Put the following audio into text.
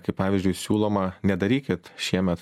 kaip pavyzdžiui siūloma nedarykit šiemet